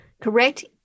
Correct